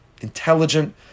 intelligent